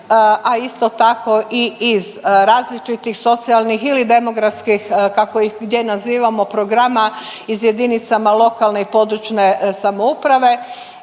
a isto tako i iz različitih socijalnih ili demografskih kako ih gdje nazivamo programa iz jedinicama lokalne i područne samouprave